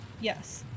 yes